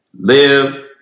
live